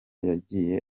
yagiye